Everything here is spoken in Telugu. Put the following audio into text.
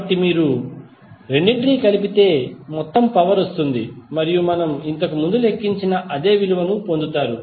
కాబట్టి మీరు రెండింటినీ కలిపితే మొత్తం పవర్ వస్తుంది మరియు మనము ఇంతకుముందు లెక్కించిన అదే విలువ మీరు పొందుతారు